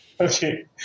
Okay